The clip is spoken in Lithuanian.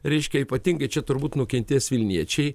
reiškia ypatingai čia turbūt nukentės vilniečiai